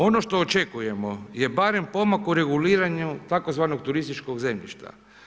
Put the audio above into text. Ono što očekujemo je barem pomak u reguliranju tzv. turističkog zemljišta.